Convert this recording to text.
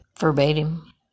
verbatim